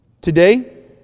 Today